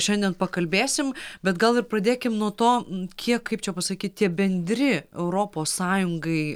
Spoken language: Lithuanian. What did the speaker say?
šiandien pakalbėsim bet gal ir pradėkim nuo to kiek kaip čia pasakyt tie bendri europos sąjungai